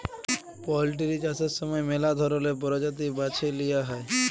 poultry চাষের সময় ম্যালা ধরলের পরজাতি বাছে লিঁয়া হ্যয়